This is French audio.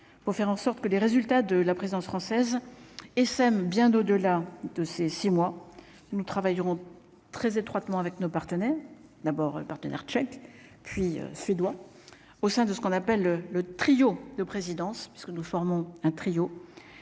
pour faire en sorte que les résultats de la présidence française et sème bien au-delà de ces six mois, nous travaillons très étroitement avec nos partenaires d'abord partenaire tchèque puis suédois au sein de ce qu'on appelle le trio de présidences puisque nous formons un trio